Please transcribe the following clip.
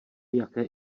jaké